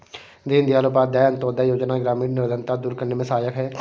दीनदयाल उपाध्याय अंतोदय योजना ग्रामीण निर्धनता दूर करने में सहायक है